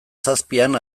zazpian